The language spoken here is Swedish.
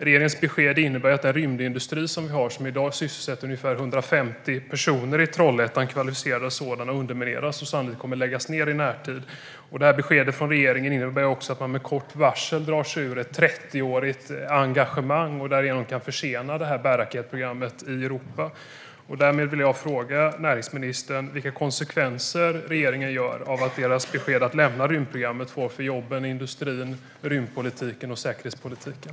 Regeringens besked innebär att vår rymdindustri, som i dag sysselsätter ungefär 150 kvalificerade personer i Trollhättan, undermineras och sannolikt kommer att läggas ned i närtid. Beskedet innebär också att man med kort varsel drar sig ur ett 30-årigt engagemang och därigenom kan försena bärraketprogrammet i Europa. Jag vill därför fråga näringsministern vilka konsekvenser regeringen ser att dess besked om att lämna rymdprogrammet får för jobben, industrin, rymdpolitiken och säkerhetspolitiken.